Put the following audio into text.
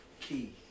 key